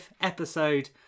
episode